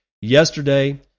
Yesterday